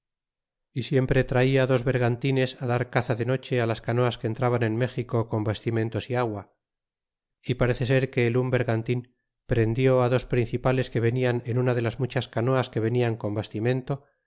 y siempre traia dos bergantines dar caza de noche á las canoas que entraban en méxico con bastimentos é agua a parece ser que el un bergantin prendió dos principales que venian en una de las muchas canoas que venian con bastimento